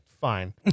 fine